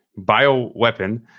bioweapon